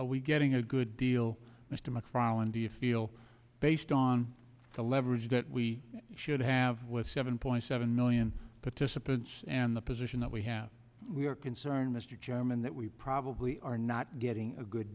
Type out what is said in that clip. deal we getting a good deal mr macfarlane do you feel based on the leverage that we should have with seven point seven million participants and the position that we have we are concerned mr chairman that we probably are not getting a good